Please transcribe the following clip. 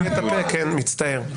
מצטער.